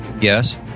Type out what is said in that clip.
Yes